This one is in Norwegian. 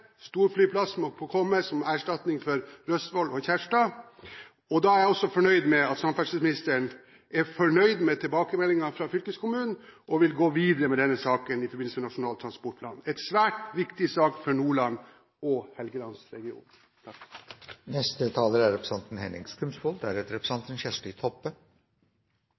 må få komme som erstatning for Røssvoll og Kjærstad. Da er jeg også fornøyd med at samferdselsministeren er fornøyd med tilbakemeldingen fra fylkeskommunen og vil gå videre med denne saken i forbindelse med Nasjonal transportplan. Dette er en svært viktig sak for Nordland og Helgelandsregionen. God infrastruktur på transportsektoren er